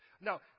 now